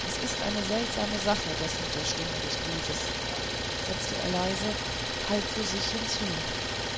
es ist eine seltsame sache das mit der stimme des blutes setzte er leise halb für sich hinzu